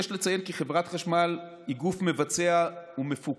יש לציין כי חברת החשמל היא גוף מבצע ומפוקח